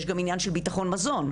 יש גם עניין של ביטחון מזון,